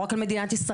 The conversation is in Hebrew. לא רק על מדינת ישראל.